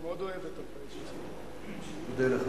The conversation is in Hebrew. אני מאוד אוהב את, אני מודה לך